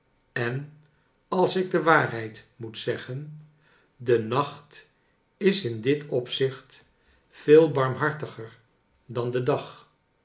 en als ik de waarheid moet zeggen de nacht is in dit opzicht veel barmhartiger dan dedag die